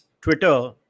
Twitter